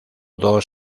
dos